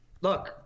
look